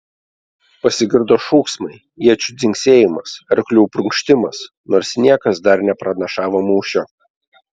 pasigirdo šūksmai iečių dzingsėjimas arklių prunkštimas nors niekas dar nepranašavo mūšio